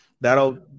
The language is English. that'll